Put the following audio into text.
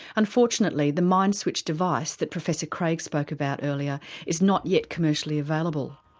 unfortunately the mind switch device that professor craig spoke about earlier is not yet commercially available.